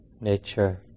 nature